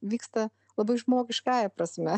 vyksta labai žmogiškąja prasme